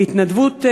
בהתנדבות,